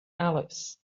alice